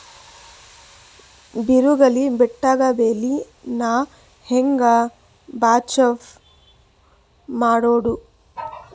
ಬಿರುಗಾಳಿ ಬಿಟ್ಟಾಗ ಬೆಳಿ ನಾ ಹೆಂಗ ಬಚಾವ್ ಮಾಡೊದು?